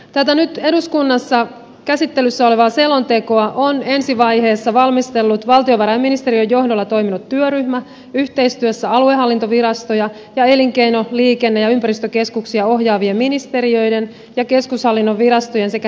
tätä nyt eduskunnassa käsittelyssä olevaa selontekoa on ensi vaiheessa valmistellut valtiovarainministeriön johdolla toiminut työryhmä yhteistyössä aluehallintovirastoja ja elinkeino liikenne ja ympäristökeskuksia ohjaavien ministeriöiden ja keskushallinnon virastojen sekä henkilöstöjärjestöjen kanssa